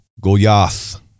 Goliath